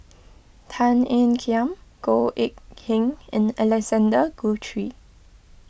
Tan Ean Kiam Goh Eck Kheng and Alexander Guthrie